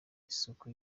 isuku